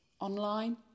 online